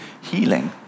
healing